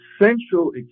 essential